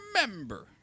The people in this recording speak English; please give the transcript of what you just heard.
remember